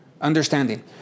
Understanding